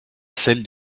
celle